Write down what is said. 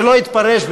שלא יתפרש,